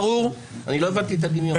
לא הבנתי את הדמיון.